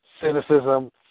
cynicism